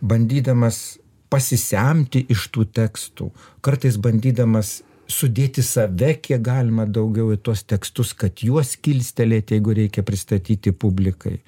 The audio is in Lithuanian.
bandydamas pasisemti iš tų tekstų kartais bandydamas sudėti save kiek galima daugiau į tuos tekstus kad juos kilstelėt jeigu reikia pristatyti publikai